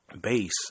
base